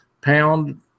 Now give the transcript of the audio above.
pound